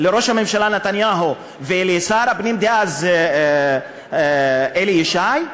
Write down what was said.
לראש הממשלה נתניהו ולשר הפנים דאז אלי ישי,